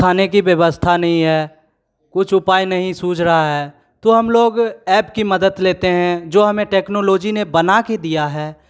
खाने की व्यवस्था नहीं है कुछ उपाय नहीं सूझ रहा है तो हम लोग ऐप की मदद लेते हैं जो हमें टेक्नोलॉजी ने बनाकर दिया है